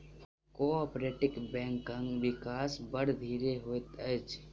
cooperative बैंकक विकास बड़ धीरे होइत अछि